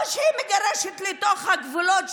או שהיא מגרשת לתוך הגבולות,